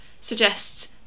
suggests